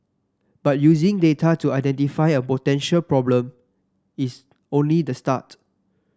but using data to identify a potential problem is only the start